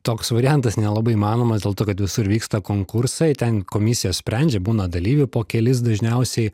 toks variantas nelabai įmanomas dėl to kad visur vyksta konkursai ten komisijos sprendžia būna dalyvių po kelis dažniausiai